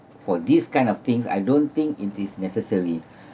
for these kind of things I don't think it is necessary